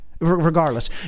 Regardless